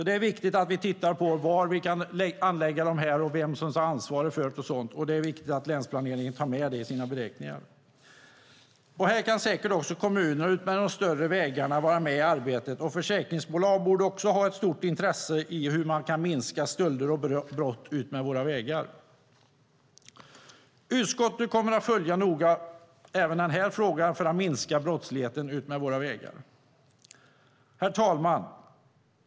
Det är viktigt att vi ser var vi kan anlägga dessa och vem ska ha ansvaret, och det är viktigt att länsplaneringen tar med det i sina beräkningar. Här kan säkert också kommunerna utmed de större vägarna vara med i arbetet, och försäkringsbolagen borde också ha ett stort intresse av hur man kan minska stölder och brott utmed våra vägar. Utskottet kommer att följa även den här frågan noga, för att minska brottsligheten utmed våra vägar. Herr talman!